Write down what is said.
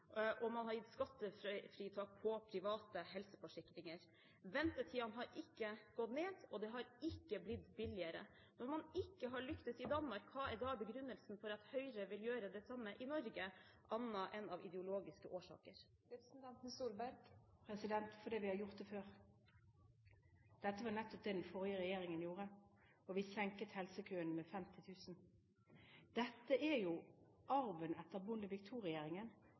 og man har gitt skattefritak på private helseforsikringer. Ventetiden har ikke gått ned, og det har ikke blitt billigere. Når man ikke har lyktes i Danmark, hva er da begrunnelsen for at Høyre vil gjøre det samme i Norge, annet enn av ideologiske årsaker? Fordi vi har gjort det før – det var nettopp det den forrige regjeringen gjorde, og vi senket helsekøene med 50 000. Dette er jo arven etter Bondevik